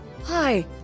hi